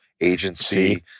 Agency